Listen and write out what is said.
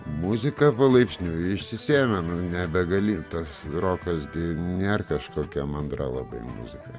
muzika palaipsniui išsisėmė nu nebegali tas rokas gi nėr kažkokia mandra labai muzika